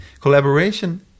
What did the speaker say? Collaboration